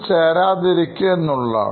ചേരാ തിരിക്കുക എന്നുള്ളതാണ്